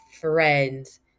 friends